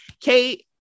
Kate